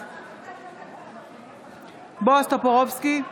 בעד בועז טופורובסקי,